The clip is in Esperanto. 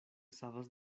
savas